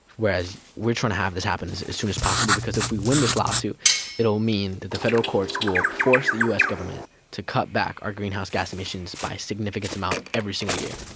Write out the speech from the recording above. whereas we are trying to have this happen as as soon as possible because if we win this lawsuit it will mean that the federal courts will force the us government to cut back our greenhouse gas emissions by a significant amount every single year,